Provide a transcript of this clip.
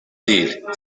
değil